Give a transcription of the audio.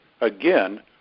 again